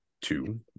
two